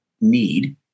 need